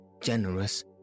generous